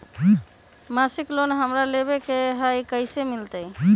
मासिक लोन हमरा लेवे के हई कैसे मिलत?